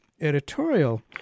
editorial